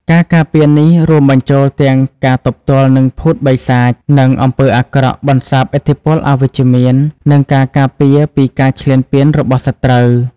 ការការពារនេះ រួមបញ្ចូលទាំង ការទប់ទល់នឹងភូតបិសាច និងអំពើអាក្រក់ បន្សាបឥទ្ធិពលអវិជ្ជមាន និងការការពារពីការឈ្លានពានរបស់សត្រូវ។